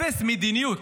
אפס מדיניות.